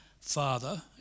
Father